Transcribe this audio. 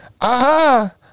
Aha